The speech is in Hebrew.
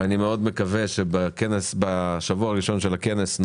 ואני מאוד מקווה שבשבוע הראשון של הכנס אנחנו